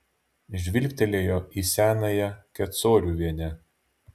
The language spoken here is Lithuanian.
žvilgtelėjo į senąją kecoriuvienę